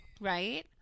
right